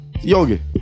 Yogi